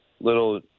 little